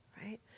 right